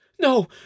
No